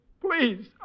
please